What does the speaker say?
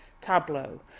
tableau